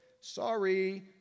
Sorry